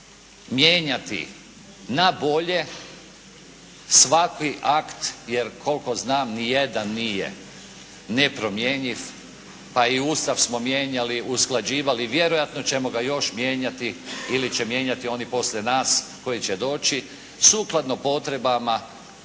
mijenjati na bolje svaki akt jer koliko znam ni jedan nije nepromjenjiv, pa i Ustav smo mijenjali, usklađivali, vjerojatno ćemo ga još mijenjati ili će mijenjati oni poslije nas koji će doći, sukladno potrebama